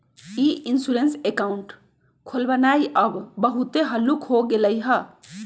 ई insurance account खोलबनाइ अब बहुते हल्लुक हो गेलइ ह